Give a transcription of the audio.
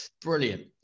brilliant